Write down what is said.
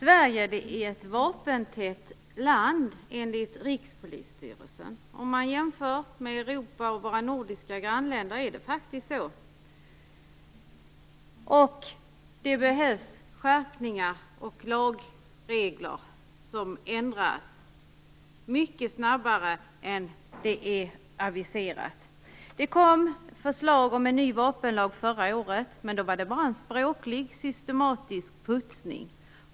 Herr talman! Sverige är ett vapentätt land enligt Rikspolisstyrelsen. Om man jämför med Europa och våra nordiska grannländer ser man att det faktiskt är så. Det behövs skärpningar och lagregler som ändras mycket snabbare än det har aviserats. Det kom förslag om en ny vapenlag förra året, men då var det bara en språklig systematisk putsning.